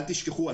אל תשכחו,